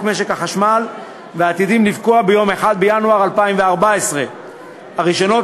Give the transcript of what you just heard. משק החשמל ועתידים לפקוע ביום 1 בינואר 2014. הרישיונות